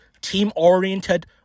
team-oriented